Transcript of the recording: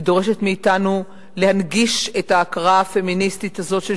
היא דורשת מאתנו להנגיש את ההכרה הפמיניסטית הזאת של